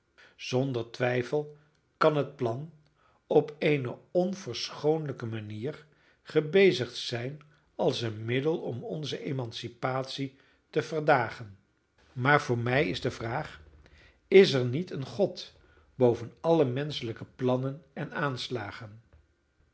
zonder twijfel kan het plan op eene onverschoonlijke manier gebezigd zijn als een middel om onze emancipatie te verdagen maar voor mij is de vraag is er niet een god boven alle menschelijke plannen en aanslagen